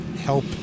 help